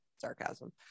Sarcasm